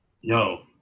Yo